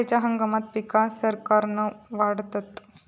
खयल्या हंगामात पीका सरक्कान वाढतत?